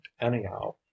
anyhow